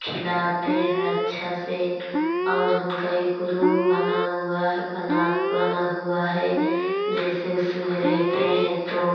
खिलाते हैं अच्छा से और उनका एक रूम बना हुआ है बना बना हुआ है जैसे उसमें रहते हैं तो